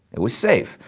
it was safe.